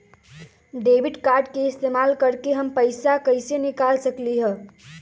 Debit card के इस्तेमाल करके हम पैईसा कईसे निकाल सकलि ह?